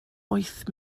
wyth